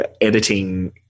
editing